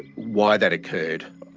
why that occurred,